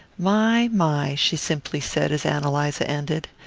my, my, she simply said as ann eliza ended.